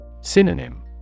Synonym